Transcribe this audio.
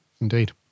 Indeed